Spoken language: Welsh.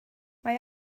mae